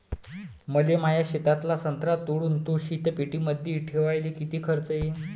मले माया शेतातला संत्रा तोडून तो शीतपेटीमंदी ठेवायले किती खर्च येईन?